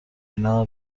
اینا